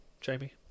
jamie